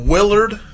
Willard